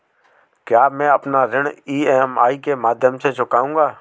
क्या मैं अपना ऋण ई.एम.आई के माध्यम से चुकाऊंगा?